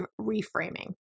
reframing